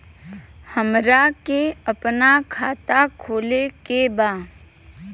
हमरा के अपना खाता खोले के बा?